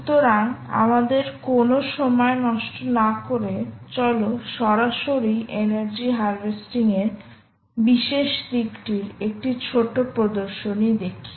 সুতরাং আমাদের কোন সময় নষ্ট না করে চল সরাসরি এনার্জি হারভেস্টিং এর বিশেষ দিকটির একটি ছোট্ট প্রদর্শনী দেখি